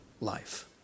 life